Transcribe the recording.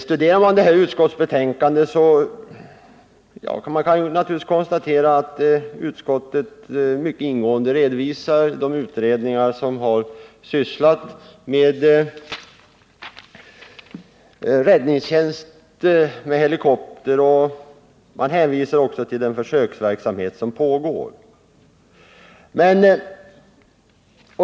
Studerar man detta utskottsbetänkande, kan man konstatera att utskottet mycket ingående redovisar de utredningar som har sysslat med räddningstjänst med helikopter samt hänvisar till den försöksverksamhet som pågår.